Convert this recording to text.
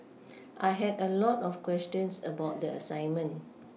I had a lot of questions about the assignment